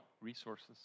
resources